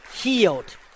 healed